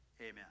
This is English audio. amen